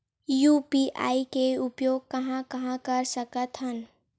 UPI के उपयोग कहां कहा कर सकत हन?